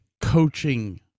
coaching